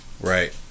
Right